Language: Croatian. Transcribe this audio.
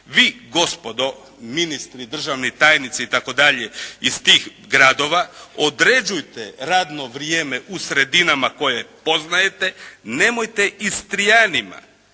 Vi gospodo ministri, državni tajnici itd., iz tih gradova određujte radno vrijeme u sredinama koje poznajete. Nemojte Istrijanima